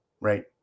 Right